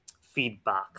feedback